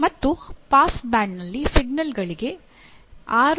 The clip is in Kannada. ಮತ್ತು ಪಾಸ್ ಬ್ಯಾಂಡ್ನಲ್ಲಿ ಸಿಗ್ನಲ್ಗಳಿಗೆ 6 ಡಿಬಿ ಗಳಿಕೆ ದೊರಕಬೇಕು